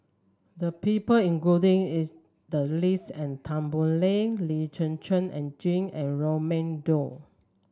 the people including is the list and Tan Boo Liat Lee Zhen Zhen and Jane and Raman Daud